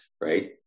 right